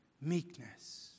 meekness